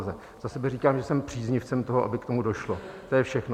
Za sebe říkám, že jsem příznivcem toho, aby k tomu došlo, to je všechno.